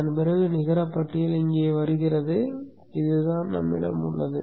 அதன் பிறகு நிகர பட்டியல் இங்கே வருகிறது இதுதான் நம்மிடம் உள்ளது